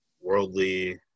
worldly